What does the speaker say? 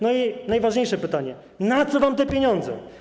No i najważniejsze pytanie: Na co wam te pieniądze?